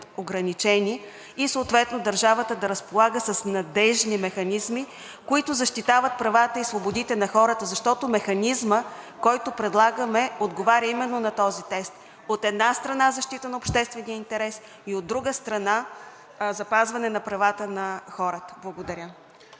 ограничени и съответно държавата да разполага с надеждни механизми, които защитават правата и свободите на хората, защото механизмът, който предлагаме, отговаря именно на този тест – от една страна, защита на обществения интерес и, от друга страна, запазване на правата на хората. Благодаря.